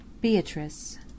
Beatrice